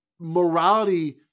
morality